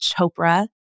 Chopra